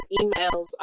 emails